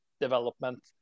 development